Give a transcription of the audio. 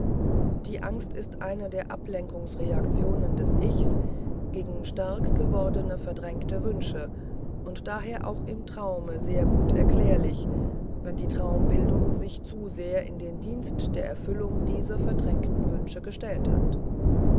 die angst ist eine der ablehnungsreaktionen des ichs gegen stark gewordene verdrängte wünsche und daher auch im traume sehr gut erklärlich wenn die traumbildung sich zu sehr in den dienst der erfüllung dieser verdrängten wünsche gestellt hat